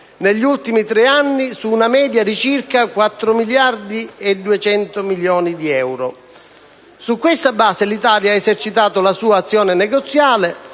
negli ultimi tre anni su una media di circa 4,2 miliardi di euro. Su queste basi l'Italia ha esercitato la sua azione negoziale.